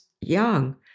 young